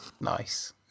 Nice